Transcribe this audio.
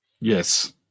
yes